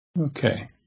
okay